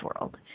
world